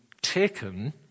taken